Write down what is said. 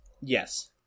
Yes